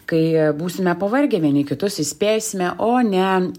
kai būsime pavargę vieni kitus įspėsime o ne